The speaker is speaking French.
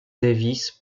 davies